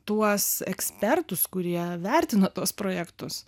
tuos ekspertus kurie vertino tuos projektus